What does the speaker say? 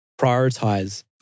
Prioritize